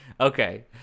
okay